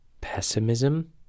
pessimism